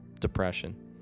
depression